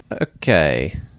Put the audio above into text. Okay